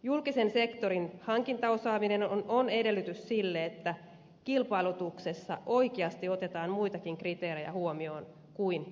julkisen sektorin hankintaosaaminen on edellytys sille että kilpailutuksessa oikeasti otetaan muitakin kriteerejä huomioon kuin hinta